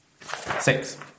Six